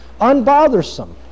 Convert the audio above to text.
unbothersome